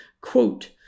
Quote